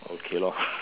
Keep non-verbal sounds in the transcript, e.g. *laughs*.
okay lor *laughs*